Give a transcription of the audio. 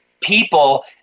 people